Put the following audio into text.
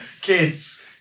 kids